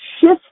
shift